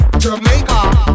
Jamaica